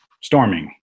storming